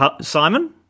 Simon